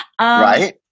Right